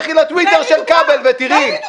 לכי לטוויטר של כבל ותראי.